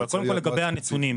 אבל קודם כל לגבי הנתונים,